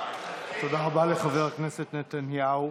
תודה רבה לחבר הכנסת נתניהו.